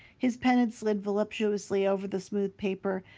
his pen had slid voluptuously over the smooth paper,